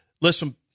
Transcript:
listen